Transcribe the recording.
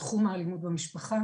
תחום האלימות המשפחה,